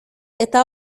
eta